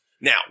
Now